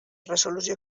resolució